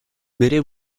bere